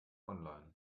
online